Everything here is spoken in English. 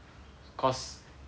cause